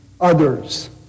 others